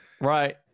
Right